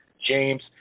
James